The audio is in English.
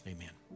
Amen